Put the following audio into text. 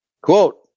quote